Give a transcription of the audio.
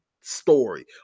story